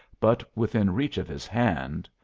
but within reach of his hand,